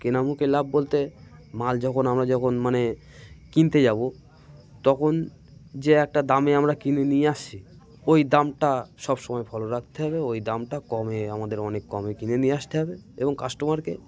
কেনা মুখে লাভ বলতে মাল যখন আমরা যখন মানে কিনতে যাব তখন যে একটা দামে আমরা কিনে নিয়ে আসছি ওই দামটা সব সময় ফলো রাখতে হবে ওই দামটা কমে আমাদের অনেক কমে কিনে নিয়ে আসতে হবে এবং কাস্টমারকে